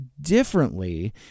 differently